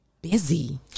Busy